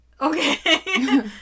Okay